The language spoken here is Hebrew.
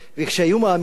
כאשר האיום האמיתי